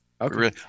Okay